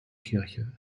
kirche